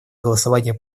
голосования